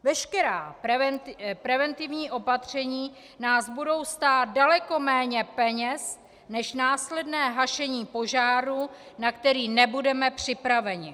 Veškerá preventivní opatření nás budou stát daleko méně peněz než následné hašení požáru, na který nebudeme připraveni.